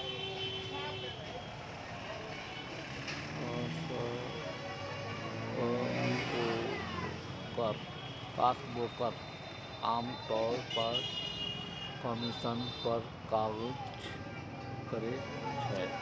stockbroker आम तौर पर कमीशन पर काज करै छै